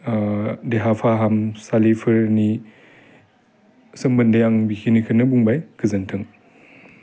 देहा फाहामसालिफोरनि सोमोन्दै आं बिखिनिखौनो बुंबाय गोजोन्थों